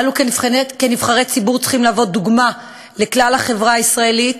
אנו כנבחרי ציבור צריכים להוות דוגמה לכלל החברה הישראלית